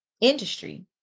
industry